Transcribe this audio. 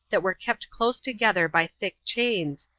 that were kept close together by thick chains,